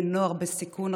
בני נוער בסיכון,